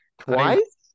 Twice